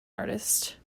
artist